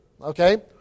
Okay